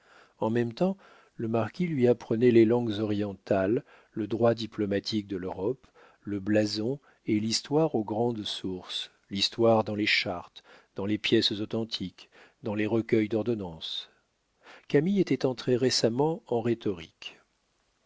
en même temps le marquis lui apprenait les langues orientales le droit diplomatique de l'europe le blason et l'histoire aux grandes sources l'histoire dans les chartes dans les pièces authentiques dans les recueils d'ordonnances camille était entré récemment en rhétorique